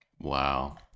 Wow